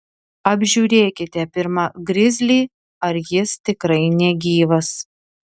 apžiūrėkite pirma grizlį ar jis tikrai negyvas